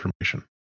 information